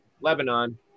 Lebanon